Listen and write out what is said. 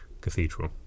cathedral